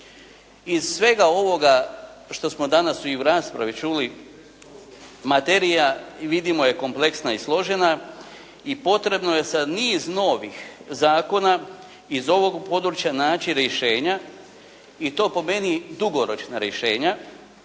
Iz svega ovoga što smo danas i u raspravi čuli materija vidimo je kompleksna i složena i potrebno je sa niz novih zakona iz ovog područja naći rješenja i to po meni dugoročna rješenja